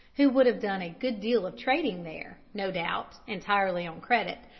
who would have done a good deal of trading there, no doubt, entirely on credit,